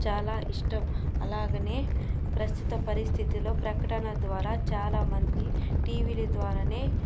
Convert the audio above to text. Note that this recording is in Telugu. చాలా ఇష్టం అలాగనే ప్రస్తుత పరిస్థితుల్లో ప్రకటన ద్వారా చాలామంది టీవీలు ద్వారానే